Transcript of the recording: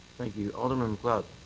thank you. alderman macleod.